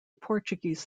portuguese